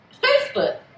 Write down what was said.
Facebook